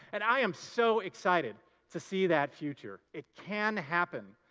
and i am so excited to see that future. it can happen.